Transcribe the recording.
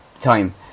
time